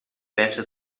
better